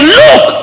look